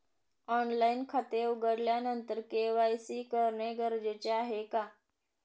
Online खाते उघडल्यानंतर KYC करणे गरजेचे आहे का?